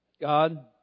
God